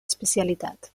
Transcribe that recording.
especialitat